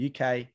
UK